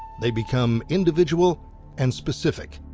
they become individual and specific.